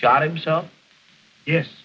shot himself yes